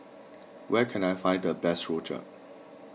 where can I find the best Rojak